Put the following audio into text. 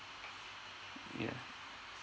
yeah